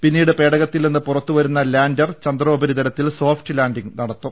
പിന്നീട് പേടകത്തിൽ നിന്ന് പുറത്തുവരുന്ന ലാൻഡർ ചന്ദ്രോപരിതലത്തിൽ സോഫ്റ്റ് ലാന്റിംഗ് നടത്തും